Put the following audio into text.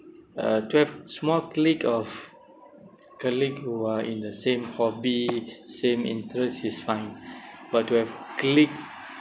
to have small clique of colleague who are in the same hobby same interest is fine but to have clique